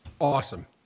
Awesome